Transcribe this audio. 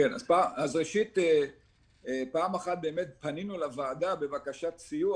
אז ראשית פעם אחת באמת פנינו לוועדה בבקשת סיוע